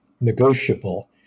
negotiable